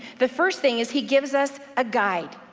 the first thing is he gives us a guide.